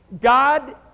God